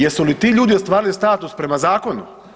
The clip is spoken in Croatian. Jesu li ti ljudi ostvarili status prema zakonu?